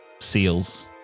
seals